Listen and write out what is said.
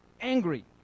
angry